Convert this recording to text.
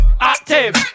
Active